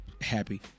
happy